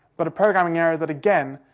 but a programming error that, again,